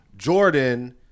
Jordan